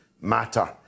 matter